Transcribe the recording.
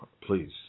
please